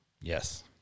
Yes